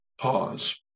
Pause